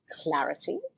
clarity